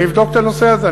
אני אבדוק את הנושא הזה,